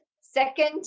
second